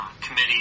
committee